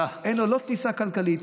מקרה שאין בו לא תפיסה כלכלית,